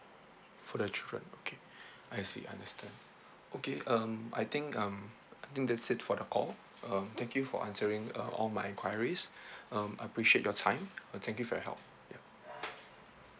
for the children okay I see understand okay um I think um I think that's it for the call uh thank you for answering uh all my enquiries um I appreciate your time uh thank you for your help yup